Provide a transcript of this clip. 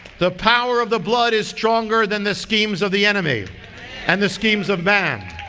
the power of the blood is stronger than the schemes of the enemy and the schemes of man.